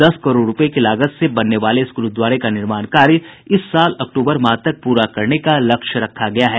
दस करोड़ रुपये की लागत से बनने वाले इस गुरुद्वारे का निर्माण कार्य इस साल अक्टूबर माह तक पूरा करने का लक्ष्य रखा गया है